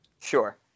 Sure